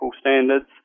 standards